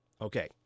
Okay